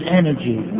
energy